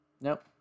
Nope